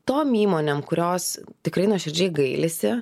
tom įmonėm kurios tikrai nuoširdžiai gailisi